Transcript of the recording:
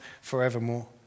forevermore